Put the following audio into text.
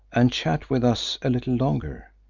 and chat with us a little longer?